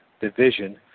division